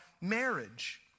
marriage